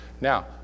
Now